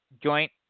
joint